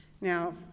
Now